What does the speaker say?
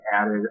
added